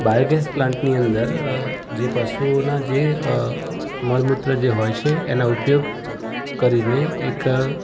biogas પ્લાન્ટની અંદર જે પશુઓના જે મળમૂત્ર જે હોય છે એનો ઉપયોગ કરીને એક